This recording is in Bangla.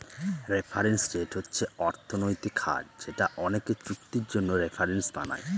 রেফারেন্স রেট হচ্ছে অর্থনৈতিক হার যেটা অনেকে চুক্তির জন্য রেফারেন্স বানায়